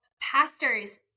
pastors